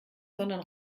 sondern